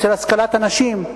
בהשכלת הנשים,